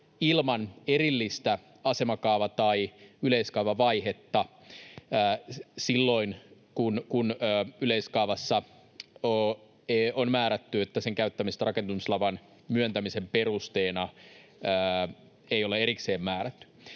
ilman erillistä asemakaava- tai yleiskaavavaihetta silloin, kun yleiskaavassa on määrätty, että sen käyttämistä rakennusluvan myöntämisen perusteena ei ole erikseen määrätty.